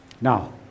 Now